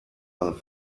man